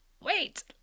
Wait